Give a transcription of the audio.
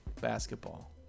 basketball